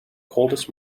coldest